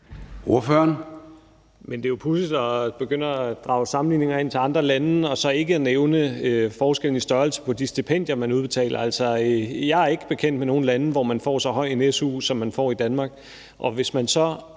det er jo pudsigt at begynde at drage sammenligninger til andre lande og så ikke nævne forskellen i størrelse på de stipendier, man udbetaler. Altså, jeg er ikke bekendt med nogen lande, hvor man får så høj en su, som man får i Danmark.